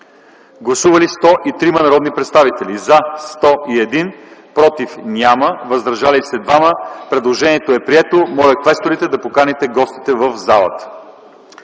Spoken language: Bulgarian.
Гласували 97 народни представители: за 96, против няма, въздържал се 1. Предложението е прието. Моля, квесторите, поканете гостите в залата.